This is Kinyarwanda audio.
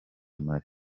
mali